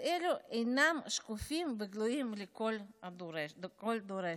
ואלה אינם שקופים וגלויים לכל דורש.